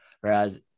Whereas